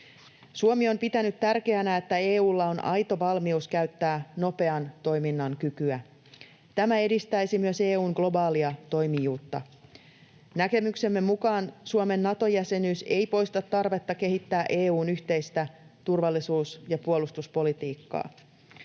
Suomi on pitänyt tärkeänä, että EU:lla on aito valmius käyttää nopean toiminnan kykyä. Tämä edistäisi myös EU:n globaalia toimijuutta. Näkemyksemme mukaan Suomen Nato-jäsenyys ei poista tarvetta kehittää EU:n yhteistä turvallisuus- ja puolustuspolitiikkaa.